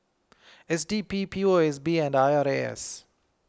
S D P P O S B and I R A S